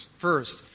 First